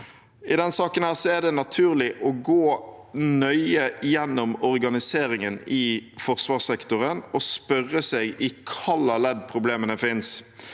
I denne saken er det naturlig å gå nøye gjennom organiseringen i forsvarssektoren og spørre seg i hvilke ledd problemene finnes